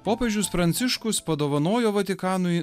popiežius pranciškus padovanojo vatikanui